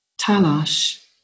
Talash